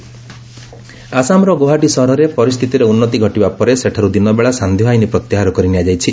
Assam situation ଆସାମର ଗୌହାଟୀ ସହରରେ ପରିସ୍ଥିତିରେ ଉନ୍ନତି ଘଟିବା ପରେ ସେଠାରୁ ଦିନବେଳା ସାନ୍ଧ୍ୟ ଆଇନ ପ୍ରତ୍ୟାହାର କରିନିଆଯାଇଛି